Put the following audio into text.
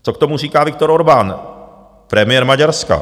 Co k tomu říká Viktor Orbán, premiér Maďarska?